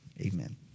Amen